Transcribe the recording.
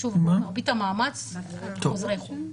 שוב, מרבית המאמץ הוא עם חוזרי חו"ל.